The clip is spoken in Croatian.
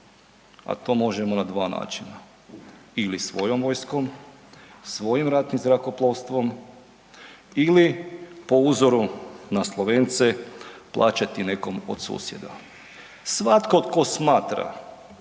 a to možemo na dva načina, ili svojom vojskom, svojim ratnim zrakoplovstvom ili po uzoru na Slovence plaćati nekom od susjeda. Svatko tko smatra